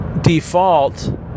default